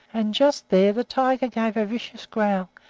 and just there the tiger gave a vicious growl,